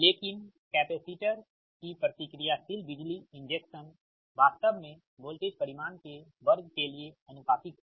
लेकिन कैपेसिटर कि प्रतिक्रियाशील बिजली इंजेक्शन वास्तव में वोल्टेज परिमाण के वर्ग के लिए आनुपातिक है